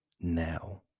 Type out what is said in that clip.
now